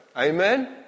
Amen